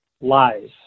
lies